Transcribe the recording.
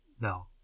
No